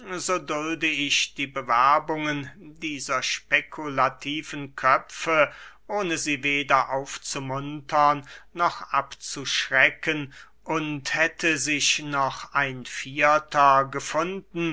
dulde ich die bewerbungen dieser spekulativen köpfe ohne sie weder aufzumuntern noch abzuschrecken und hätte sich noch ein vierter gefunden